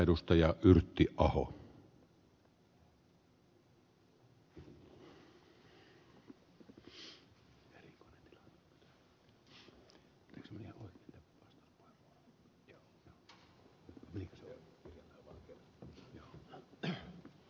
arvoisa herra puhemies